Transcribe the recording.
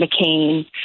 mccain